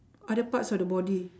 other parts of the body